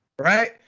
Right